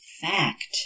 fact